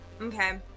Okay